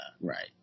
right